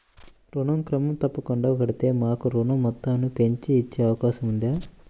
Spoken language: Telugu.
ఋణం క్రమం తప్పకుండా కడితే మాకు ఋణం మొత్తంను పెంచి ఇచ్చే అవకాశం ఉందా?